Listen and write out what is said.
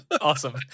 Awesome